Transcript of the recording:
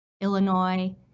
Illinois